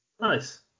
Nice